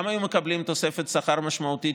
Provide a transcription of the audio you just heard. גם היו מקבלים תוספת שכר משמעותית,